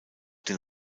den